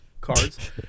cards